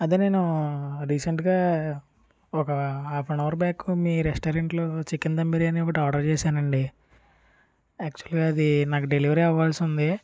అదే నేను రీసెంట్గా ఒక హాఫ్ అన్ అవర్ బ్యాక్ మీ రెస్టారెంట్లో చికెన్ ధమ్ బిర్యానీ ఒకటి ఆర్డర్ చేశాను అండి యాక్చువల్గా అది నాకు డెలివరీ అవ్వాల్సి ఉంది